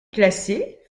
classés